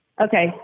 Okay